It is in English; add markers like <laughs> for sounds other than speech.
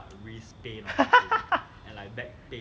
<laughs>